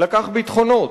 לקח ביטחונות.